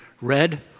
Red